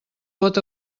pot